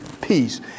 peace